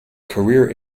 career